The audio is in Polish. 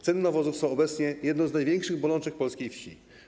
Ceny nawozów są obecnie jedną z największych bolączek polskiej wsi.